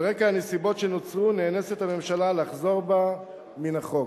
על רקע הנסיבות שנוצרו נאנסת הממשלה לחזור בה מן החוק.